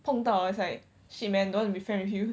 碰到了 it's like shit man don't wanna be friend with you